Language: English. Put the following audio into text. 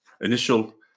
initial